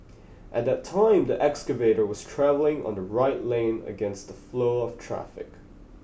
at that time the excavator was travelling on the right lane against the flow of traffic